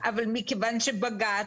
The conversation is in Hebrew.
אבל מכיוון שבג"צ,